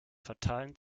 fatalen